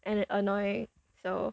and annoying so